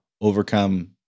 overcome